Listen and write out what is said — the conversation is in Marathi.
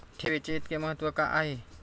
ठेवीचे इतके महत्व का आहे?